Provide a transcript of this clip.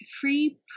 free